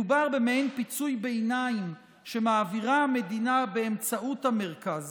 מדובר במעין פיצוי ביניים שמעבירה המדינה באמצעות המרכז.